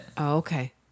Okay